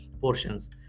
portions